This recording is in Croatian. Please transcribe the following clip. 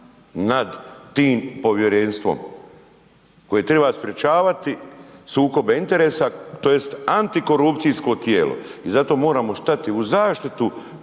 nad tim povjerenstvom koje treba sprječavati sukobe interesa tj. antikorupcijsko tijelo. I zato moramo stati u zaštitu